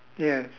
yes